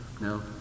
No